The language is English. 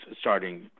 starting